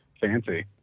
fancy